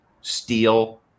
steel